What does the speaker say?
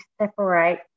separate